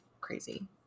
crazy